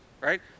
right